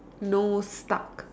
no stuck